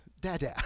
dada